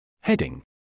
Heading